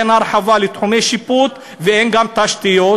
אין הרחבה של תחומי שיפוט ואין גם תשתיות,